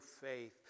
faith